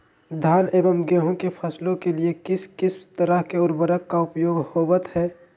धान एवं गेहूं के फसलों के लिए किस किस तरह के उर्वरक का उपयोग होवत है?